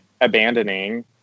abandoning